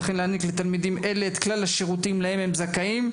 וכן להעניק לתלמידים אלה את כלל השירותים להם הם זכאים.